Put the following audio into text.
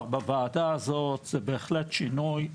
בוועדה הזאת זה בהחלט שינוי מרענן,